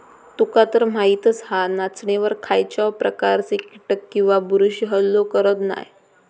तुकातर माहीतच हा, नाचणीवर खायच्याव प्रकारचे कीटक किंवा बुरशी हल्लो करत नाय